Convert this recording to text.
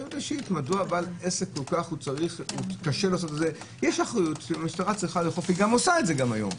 המשטרה צריכה לאכוף, היא גם עושה את זה היום.